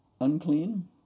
unclean